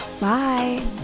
Bye